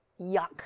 yuck